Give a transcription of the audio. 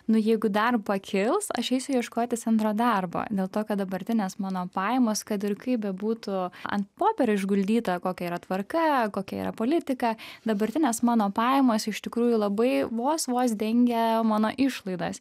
nu jeigu dar pakils aš eisiu ieškotis antro darbo dėl to kad dabartinės mano pajamos kad ir kaip bebūtų ant popierio išguldytą kokia yra tvarka kokia yra politika dabartinės mano pajamos iš tikrųjų labai vos vos dengia mano išlaidas